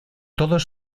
todos